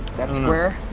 that square.